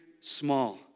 small